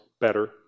better